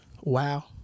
Wow